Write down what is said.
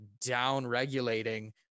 down-regulating